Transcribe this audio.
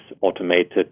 automated